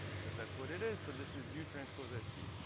because that's what it is. so this is u transpose su.